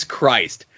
Christ